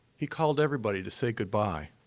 he called everybody to say goodbye.